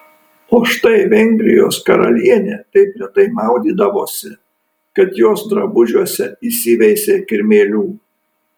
o štai vengrijos karalienė taip retai maudydavosi kad jos drabužiuose įsiveisė kirmėlių